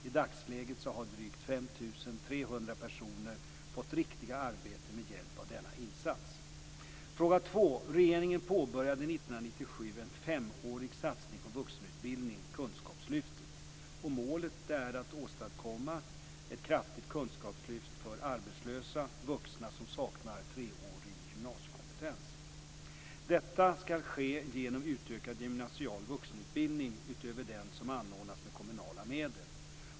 I dagsläget har drygt 5 300 personer fått riktiga arbeten med hjälp av denna insats. Fråga 2: Regeringen påbörjade 1997 en femårig satsning på vuxenutbildning, Kunskapslyftet. Målet är att åstadkomma ett kraftigt kunskapslyft för arbetslösa vuxna som saknar treårig gymnasiekompetens. Detta ska ske genom utökad gymnasial vuxenutbildning utöver den som anordnas med kommunala medel.